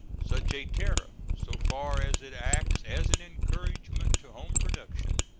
such a tariff, so far as it acts as an encouragement to home production,